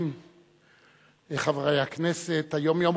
דברי הכנסת חוברת י' ישיבה ש"ה הישיבה